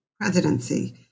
presidency